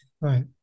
Right